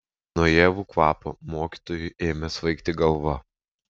nuo ievų kvapo mokytojui ėmė svaigti galva